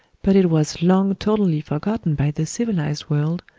but it was long totally forgotten by the civilized world,